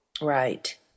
Right